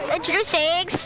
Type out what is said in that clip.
Introducing